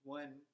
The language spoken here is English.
one